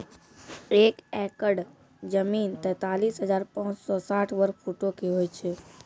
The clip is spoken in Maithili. एक एकड़ जमीन, तैंतालीस हजार पांच सौ साठ वर्ग फुटो के होय छै